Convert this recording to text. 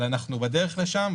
אבל אנחנו בדרך לשם,